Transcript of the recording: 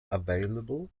available